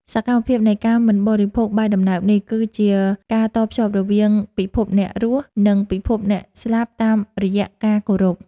សកម្មភាពនៃការមិនបរិភោគបាយដំណើបនេះ គឺជាការតភ្ជាប់រវាងពិភពអ្នករស់ និងពិភពអ្នកស្លាប់តាមរយៈការគោរព។